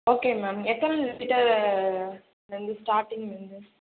okay ma'am எத்தனை litre லேந்து starting வந்து